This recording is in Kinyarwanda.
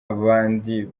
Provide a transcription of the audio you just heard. bandi